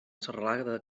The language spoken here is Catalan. serralada